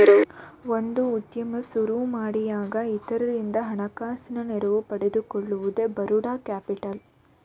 ಒಂದು ಉದ್ಯಮ ಸುರುಮಾಡಿಯಾಗ ಇತರರಿಂದ ಹಣಕಾಸಿನ ನೆರವು ಪಡೆದುಕೊಳ್ಳುವುದೇ ಬರೋಡ ಕ್ಯಾಪಿಟಲ್